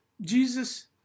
Jesus